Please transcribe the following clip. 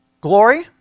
Glory